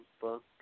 book